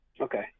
Okay